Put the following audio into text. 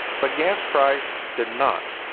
but gas price did not,